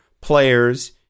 players